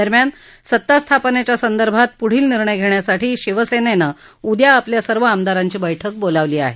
दरम्यान सत्तास्थापनेच्या संदर्भात पुढील निर्णय घेण्यासाठी शिवसेनेनं उद्या आपल्या सर्व आमदांरांची बैठक बोलावली आहे